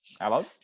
Hello